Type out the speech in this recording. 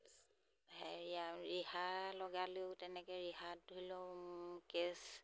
হেৰি ৰিহা লগালেও তেনেকৈ ৰিহাত ধৰি লওঁ কেচ